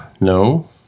no